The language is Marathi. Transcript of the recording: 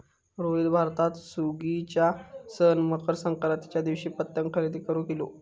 रोहित भारतात सुगीच्या सण मकर संक्रांतीच्या दिवशी पतंग खरेदी करून इलो